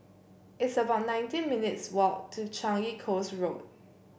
it's about nineteen minutes' walk to Changi Coast Road